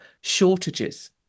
shortages